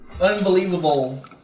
unbelievable